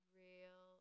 real